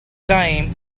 time